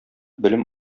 белем